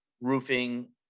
roofing